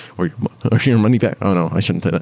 or your money back. oh, no. i shouldn't